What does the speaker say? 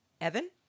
Evan